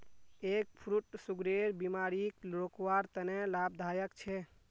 egg fruit सुगरेर बिमारीक रोकवार तने लाभदायक छे